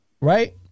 Right